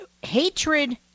hatred